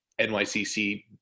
NYCC